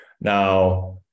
Now